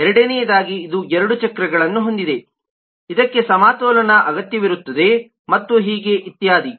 ಎರಡನೆಯದಾಗಿ ಇದು ಎರಡು ಚಕ್ರಗಳನ್ನು ಹೊಂದಿದೆ ಇದಕ್ಕೆ ಸಮತೋಲನ ಅಗತ್ಯವಿರುತ್ತದೆ ಮತ್ತು ಹೀಗೆ ಇತ್ಯಾದಿ